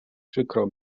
przykro